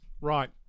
Right